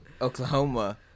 Oklahoma